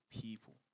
people